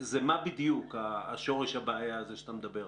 מה בדיוק שורש הבעיה עליו אתה מדבר?